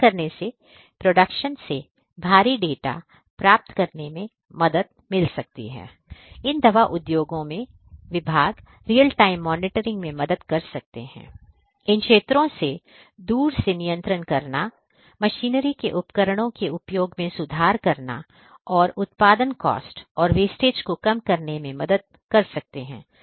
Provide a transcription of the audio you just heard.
ऐसा करने से production से भारी डेटा प्राप्त करने में मदद मिल सकती है इन दवा उद्योगों में विभाग रियल टाइम मॉनिटरिंग में मदद कर सकते हैं इन क्षेत्रों को दूर से नियंत्रित करना मशीनरी के उपकरणों के उपयोग में सुधार करना और उत्पादन कॉस्ट और वेस्टेज को कम करने में मदद कर सकते हैं